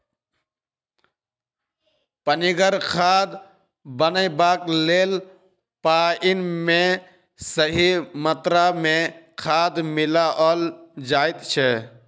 पनिगर खाद बनयबाक लेल पाइन मे सही मात्रा मे खाद मिलाओल जाइत छै